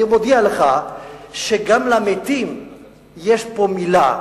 אני מודיע לך שגם למתים יש פה מלה.